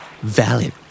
Valid